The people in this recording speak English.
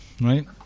right